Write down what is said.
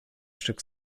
stück